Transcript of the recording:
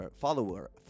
follower